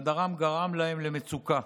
והדבר גרם להם למצוקה.